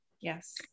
Yes